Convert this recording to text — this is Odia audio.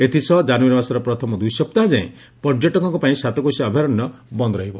ଏଥି ସହ ଜାନ୍ୟାରୀ ମାସର ପ୍ରଥମ ଦୁଇ ସପ୍ତାହ ଯାଏ ପର୍ଯ୍ୟଟକଙ୍କ ପାଇଁ ସାତକୋଶିଆ ଅଭୟାରଣ୍ୟ ବନ୍ଦ ରହିବ